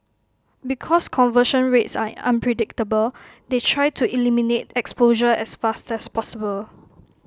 because conversion rates are unpredictable they try to eliminate exposure as fast as possible